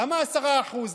למה 10%?